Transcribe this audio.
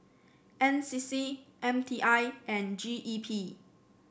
N C C M T I and G E P